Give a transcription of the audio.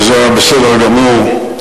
וזה היה בסדר גמור.